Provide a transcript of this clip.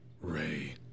Ray